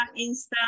Instagram